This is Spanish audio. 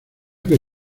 que